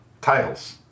titles